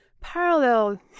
parallel